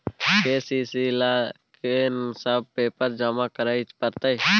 KCC ल केना सब पेपर जमा करै परतै?